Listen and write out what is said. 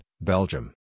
Belgium